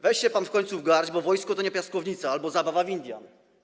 Weź się pan w końcu w garść, bo wojsko to nie piaskownica ani zabawa w Indian.